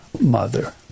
mother